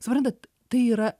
suprantat tai yra